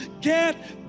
get